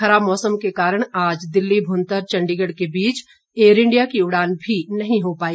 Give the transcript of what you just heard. खराब मौसम के कारण आज दिल्ली भुंतर चंडीगढ़ के बीच एयर इंडिया की उड़ान भी नहीं हो पाई